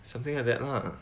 something like that lah